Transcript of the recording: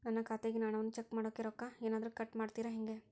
ನನ್ನ ಖಾತೆಯಾಗಿನ ಹಣವನ್ನು ಚೆಕ್ ಮಾಡೋಕೆ ರೊಕ್ಕ ಏನಾದರೂ ಕಟ್ ಮಾಡುತ್ತೇರಾ ಹೆಂಗೆ?